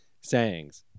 sayings